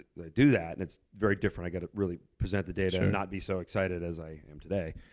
i do that, and it's very different. i gotta really present the data, not be so excited as i am today.